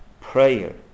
prayer